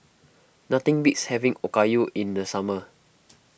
nothing beats having Okayu in the summer